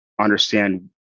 understand